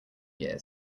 year